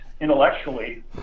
intellectually